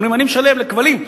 אומרים: אני משלם לכבלים,